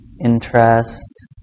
interest